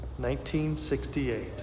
1968